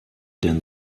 denn